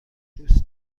دوست